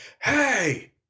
hey